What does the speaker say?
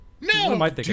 No